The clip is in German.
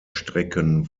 strecken